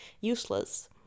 useless